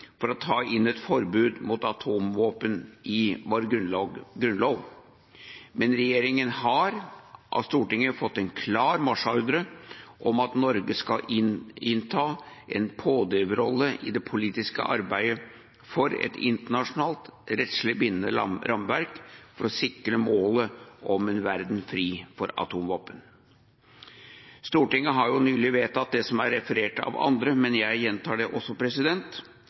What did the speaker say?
for å ta inn et forbud mot atomvåpen i vår grunnlov. Men regjeringen har av Stortinget fått en klar marsjordre om at Norge skal innta en pådriverrolle i det politiske arbeidet for et internasjonalt, rettslig bindende rammeverk, for å sikre målet om en verden fri for atomvåpen. Stortinget har nylig vedtatt det som er referert av andre, men jeg gjentar det: